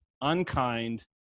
unkind